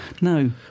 No